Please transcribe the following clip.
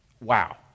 Wow